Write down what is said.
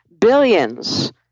billions